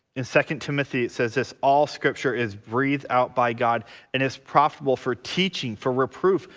in second timothy it says this all scripture is breathed out by god and is profitable for teaching for reproof,